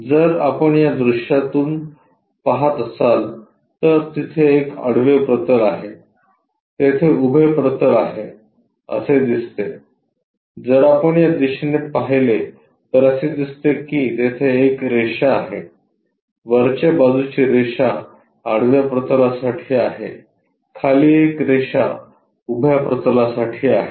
जर आपण या दृश्याकडून पहात असाल तर तिथे हे एक आडवे प्रतल आहे तेथे उभे प्रतल आहे असे दिसते जर आपण या दिशेने पाहिले तर असे दिसते की तेथे एक रेषा आहे वरच्या बाजूची रेषा आडव्या प्रतलासाठी आहे खाली एक रेषा उभ्या प्रतलासाठी आहे